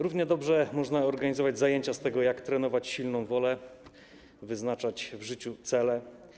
Równie dobrze można organizować zajęcia z tego, jak trenować silną wolę, wyznaczać w życiu cele.